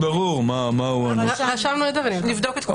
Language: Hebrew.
רשמנו את זה ונבדוק.